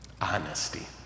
honesty